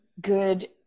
good